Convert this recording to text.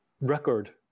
record